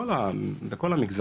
המעגל